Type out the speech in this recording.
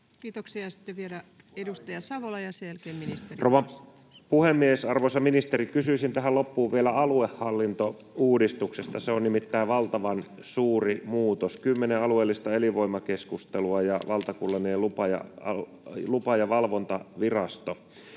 talousarvioksi vuodelle 2025 Time: 10:51 Content: Rouva puhemies! Arvoisa ministeri, kysyisin tähän loppuun vielä aluehallintouudistuksesta. Se on nimittäin valtavan suuri muutos: kymmenen alueellista elinvoimakeskusta ja valtakunnallinen lupa- ja valvontavirasto.